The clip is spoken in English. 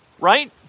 right